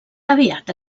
aviat